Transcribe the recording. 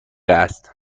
است